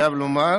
אני חייב לומר,